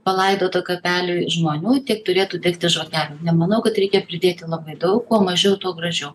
palaidota kapely žmonių tiek turėtų degti žvakelių nemanau kad reikia pridėti labai daug kuo mažiau tuo gražiau